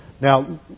Now